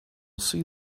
see